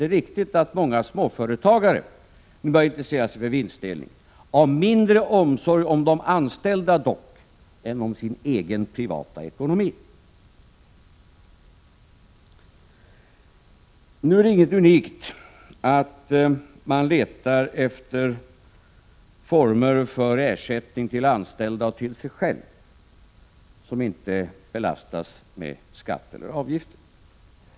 Det är riktigt att många småföretagare börjat intressera sig för vinstdelning, dock av mindre omsorg om de anställda än om sin egen privata ekonomi. Det är inget unikt med att man letar efter former för ersättning till anställda och till sig själv som inte belastas med skatt eller avgifter.